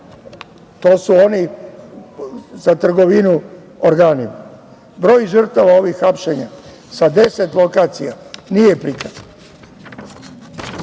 to su oni za trgovinu organima. Broj žrtava ovih hapšenja sa 10 lokacija nije prikazan.U